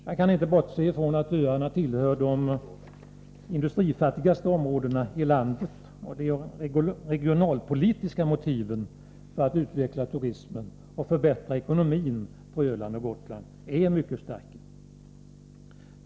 Jag kan inte bortse från att öarna tillhör de industrifattigaste områdena i landet, och de regionalpolitiska motiven för att utveckla turismen och förbättra ekonomin på Öland och Gotland är mycket starka.